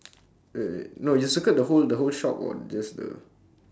wait wait no you circled the whole the whole shop or just the